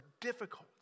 difficult